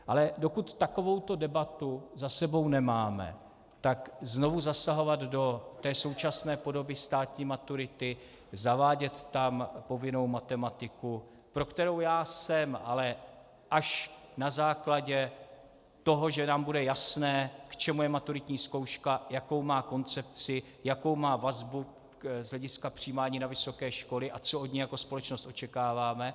Ale dokud takovou debatu za sebou nemáme, tak znovu zasahovat do současné podoby státní maturity, zavádět tam povinnou matematiku, pro kterou já jsem, ale až na základě toho, že nám bude jasné, k čemu je maturitní zkouška, jakou má koncepci, jakou má vazbu z hlediska přijímání na vysoké školy a co od ní jako společnost očekáváme.